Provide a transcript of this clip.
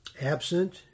absent